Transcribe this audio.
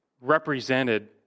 represented